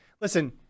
listen